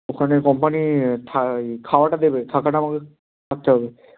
ওখানে কোম্পানি থা খাওয়াটা দেবে থাকাটা আমাদের থাকতে হবে